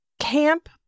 camp